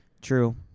True